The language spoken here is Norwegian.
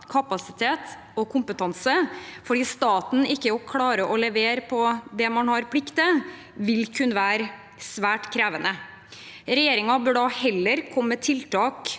kapasitet og kompetanse fordi staten ikke å klarer å levere på det man har plikt til, vil kunne være svært krevende. Regjeringen burde heller ha kommet med tiltak